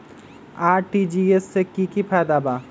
RTGS से की की फायदा बा?